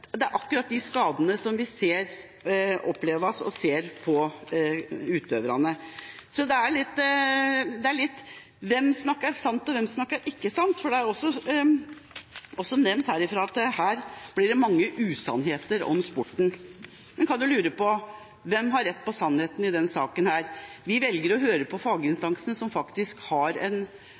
det er akkurat de skadene man opplever, og som vi ser på utøverne. Det er litt sånn hvem snakker sant, og hvem snakker ikke sant, og det er også nevnt herfra at her blir det mange usannheter om sporten. En kan lure på hvem som har rett på sannheten i denne saken. Vi velger å høre på faginstansene, som faktisk har en